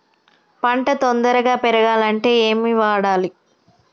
పంట తొందరగా పెరగాలంటే ఏమి వాడాలి?